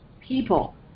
people